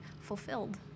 fulfilled